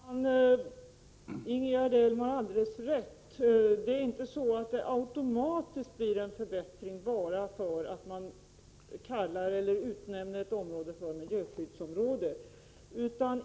Herr talman! Ingegerd Elm har alldeles rätt. Det är inte så att det automatiskt blir en förbättring bara därför att man klassar ett område som miljöskyddsområde.